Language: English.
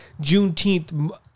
Juneteenth